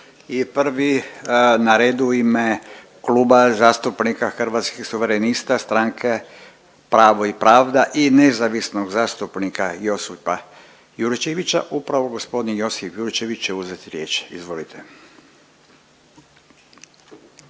prvi na redu u ime Kluba zastupnika Hrvatskih suverenista, Stranke Pravo i pravda i nezavisnog zastupnika Josipa Jurčevića upravo g. Josip Jurčević će uzet riječ. Izvolite.